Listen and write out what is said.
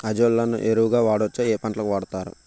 Azolla ని ఎరువు గా వాడొచ్చా? ఏ పంటలకు వాడతారు?